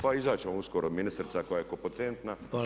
Pa izaći će vam uskoro ministrica koja je kompetentna